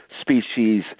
species